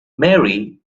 mary